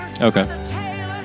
Okay